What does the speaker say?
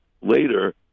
later